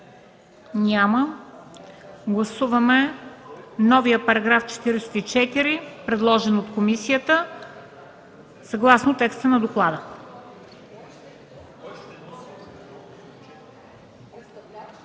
Няма. Гласуваме новия § 44, предложен от комисията, съгласно текста на доклада.